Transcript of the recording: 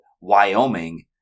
Wyoming